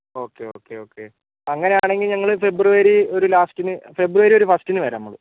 okay okay okay അങ്ങനെ ആണെങ്കിൽ ഞങ്ങള് ഫെബ്രുവരി ഒരു ലാസ്റ്റിന് ഫെബ്രുവരി ഒരു ഫസ്റ്റിന് വരാം നമ്മൾ